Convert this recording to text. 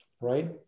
right